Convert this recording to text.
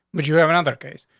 but you have another case.